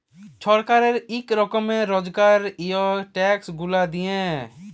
ছরকারের ইক রকমের রজগার হ্যয় ই ট্যাক্স গুলা দিঁয়ে